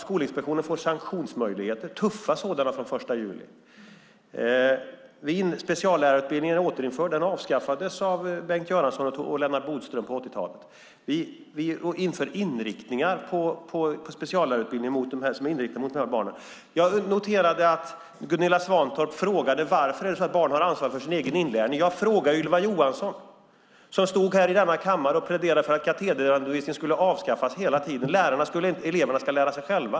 Skolinspektionen får sanktionsmöjligheter, tuffa sådana, från den 1 juli. Speciallärarutbildningen är återinförd. Den avskaffades av Bengt Göransson och Lennart Bodström på 80-talet. Vi inför inriktningar på speciallärarutbildningarna som är riktade mot dessa barn. Jag noterade att Gunilla Svantorp frågade varför barn har ansvar för sin egen inlärning. Fråga Ylva Johansson! Hon stod i denna kammare och pläderade för att katederundervisningen skulle avskaffas och eleverna få lära sig själv.